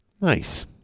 Nice